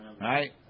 Right